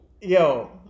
Yo